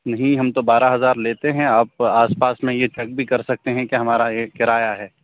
نہیں ہم تو بارہ ہزار لیتے ہیں آپ آس پاس میں یہ چیک بھی کر سکتے ہیں ہمارا یہ کرایہ ہے